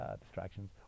distractions